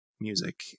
music